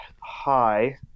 high